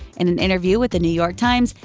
in an interview with the new york times,